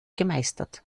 gemeistert